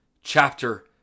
chapter